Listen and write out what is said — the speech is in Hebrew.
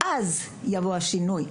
אז יבוא השינוי.